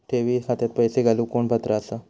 ठेवी खात्यात पैसे घालूक कोण पात्र आसा?